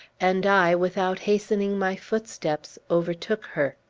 and i, without hastening my footsteps, overtook her.